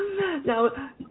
Now